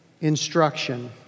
instruction